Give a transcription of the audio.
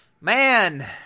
Man